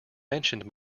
mentioned